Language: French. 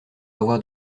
avoir